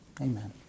Amen